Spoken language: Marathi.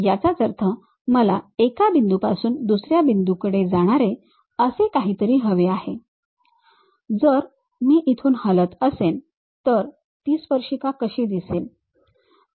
याचाच अर्थ मला मला एका बिंदूपासून दुसर्या बिंदूकडे जाणारे असे काहीतरी हवे आहे जर मी इथून हलत असेन तर ती स्पर्शिका कशी दिसेल